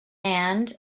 and